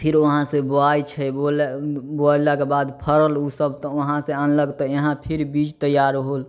फिर वहाँ से बौयै छै बौएला बौएलाके बाद फरल ओसब तऽ वहाँ से अनलक तऽ यहाँ फिर बीज तैयार होल